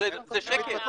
זה שקר.